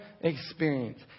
experience